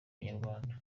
inyarwanda